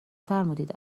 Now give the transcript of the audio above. فرمودید